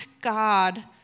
God